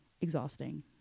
exhausting